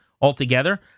altogether